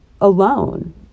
alone